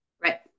Right